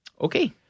Okay